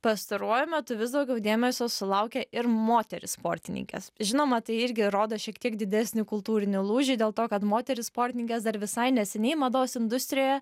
pastaruoju metu vis daugiau dėmesio sulaukia ir moterys sportininkės žinoma tai irgi rodo šiek tiek didesnį kultūrinį lūžį dėl to kad moterys sportininkės dar visai neseniai mados industrijoje